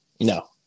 No